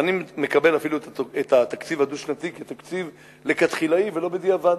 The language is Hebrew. ואני מקבל אפילו את התקציב הדו-שנתי כתקציב לכתחילאי ולא בדיעבד.